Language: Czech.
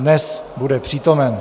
Dnes bude přítomen.